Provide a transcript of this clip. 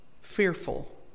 fearful